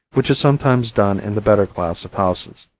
which is sometimes done in the better class of houses.